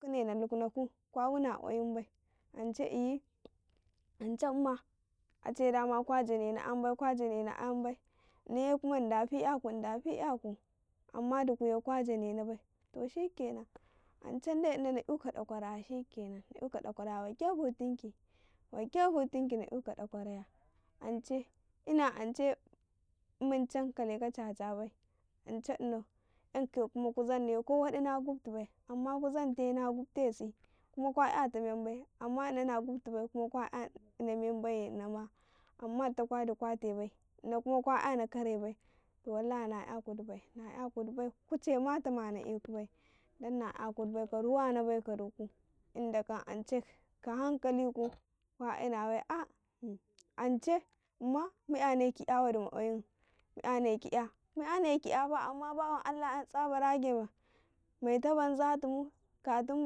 ﻿Dukune na nuk naku kwa wuna kwayin bai ance iyi, ance umma ace dama kwa janena mayan bai, kwa janena ayam bai kwa Jananena ayan bai inaye kuma in dafi yaku talle, indafi ya ku talle dukuye kwa Janena bai shikenan ance ina na yuka dakwaraye shikenan na yuka da kwaraya waike futtinki, wai ke futtinki na yuka da kwaraya ance ina ance muncan kaleka chacha bai ance inau yankaye kuma ku zennaye ko wadi na gufti bai amma ku zan taye na gufti tesi kuma kwa yata men bai amma ina na gufti bai kwa yana menbai inama amma duta kwa dukwate bai ino kuma kwa yana kare bai na ya kudi bai, na ya kudi bai kuichaima tamu naeku bai na yaku bai ka ruwa na bai ka duku inda kam ance ka hankaliku kwa ina bai ah ance umma mu yane kiya wadi ma kwayin, mu yane kiya, mu yane kiyafa amman bawan Allah yan tosabarage ma maita banza ,lttun katum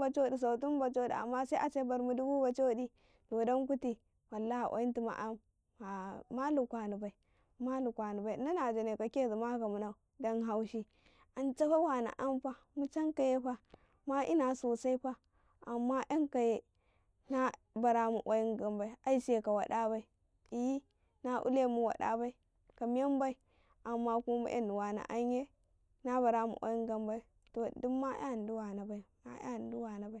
bachodi, sautin bachodi amma se ase bartum dubu bachodi to dan kuti wallah kwayintun ah ma lukani bai, ma lukani bai ina na jane ka kezima ka munsu dan haushi nce fa wana yanfa mu cankaya ma ina sosaifa amma yan kaye nabaramu kwayin gam bai ai se ka waɗa bai ehyi na lemu wada bai kamen bai amma kuma mu eni wa na anye na baramu kwayin gambai to dum ma yani di wana bai ma yani di wana bai.